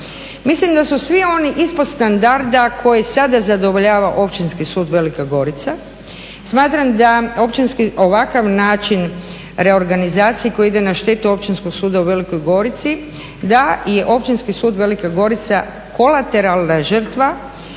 Mislim da su svi oni ispod standarda koje sada zadovoljava Općinski sud Velika Gorica. Smatram da ovakav način reorganizacije koji ide na štetu Općinskog suda u Velikoj Gorici da je Općinski sud Velika Gorica kolateralna žrtva